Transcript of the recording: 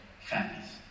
families